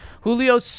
Julio